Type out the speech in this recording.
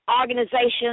organizations